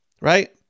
right